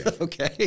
Okay